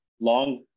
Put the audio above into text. long